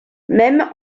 même